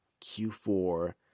Q4